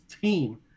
team